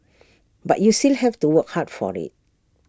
but you still have to work hard for IT